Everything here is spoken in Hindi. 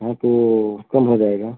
हाँ तो कम हो जाएगा